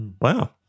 Wow